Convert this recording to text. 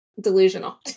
delusional